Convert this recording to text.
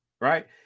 right